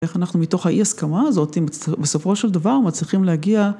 איך אנחנו מתוך האי הסכמה הזאתי בסופו של דבר מצליחים להגיע...